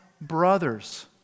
brothers